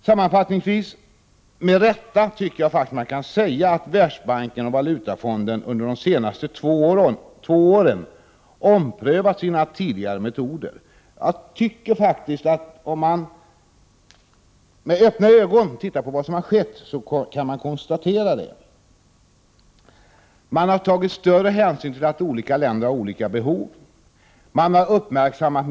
Sammanfattningsvis kan man faktiskt med rätta säga att Världsbanken och Valutafonden under de senaste två åren omprövat sina tidigare metoder om man med öppna ögon ser vad som skett kan man konstatera detta. Man har tagit större hänsyn till att olika länder har olika behov. Miljöfrågorna har uppmärksammats.